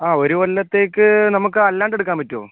ആ ഒരു കൊല്ലത്തേക്ക് നമുക്ക് അല്ലാണ്ട് എടുക്കാൻ പറ്റുവോ